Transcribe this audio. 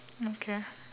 okay